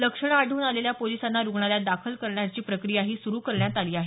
लक्षणं आढळून आलेल्या पोलिसांना रुग्णालयात दाखल करण्याची प्रक्रियाही सुरू करण्यात आली आहे